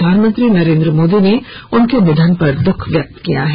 प्रधानमंत्री नरेंद्र मोदी ने उनके निधन पर दुख व्यक्त किया है